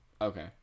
okay